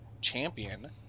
champion